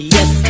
Yes